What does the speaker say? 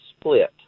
Split